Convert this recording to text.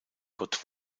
gott